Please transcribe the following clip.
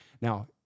Now